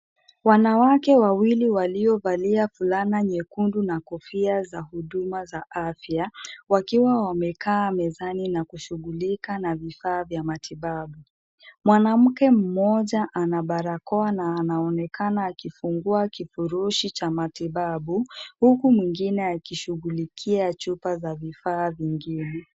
Wanawake wawili waliovalia fulana nyekundu na kofia za huduma za afya, wakiwa wamekaa mezani na kushughulika na vifaa vya matibabu. Mwanamke mmoja ana barakoa na anaonekana akifungua kifurushi cha matibabu, huku mwingine akishughulikia chupa za vifaa vingine.